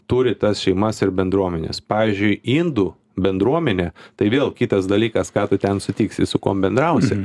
turi tas šeimas ir bendruomenes pavyzdžiui indų bendruomenė tai vėl kitas dalykas ką tu ten sutiksi su kuom bendrausi